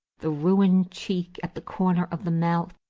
the ruined cheek at the corner of the mouth,